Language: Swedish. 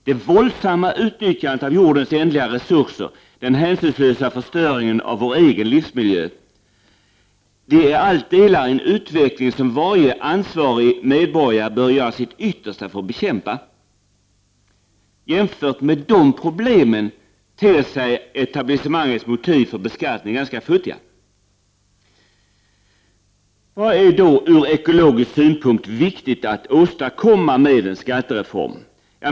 Det våldsamma utnyttjandet av jordens ändliga resurser och den hänsynslösa förstöringen av vår egen livsmiljö är delar i en utveckling som varje ansvarig medborgare bör göra sitt yttersta för att bekämpa. Jämfört med de problemen ter sig etablissemangets motiv för beskattning ganska futtiga. Vad är då ur ekologisk synpunkt viktigt att åstadkomma med skattereformen?